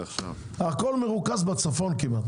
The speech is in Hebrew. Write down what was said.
70% כמעט מרוכזים בצפון.